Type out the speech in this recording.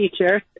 teacher